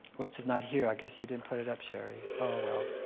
which is not here. i guess you didn't put it up, cheri. oh, well,